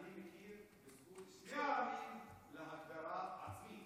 אני מכיר בזכות שני העמים להגדרה עצמית.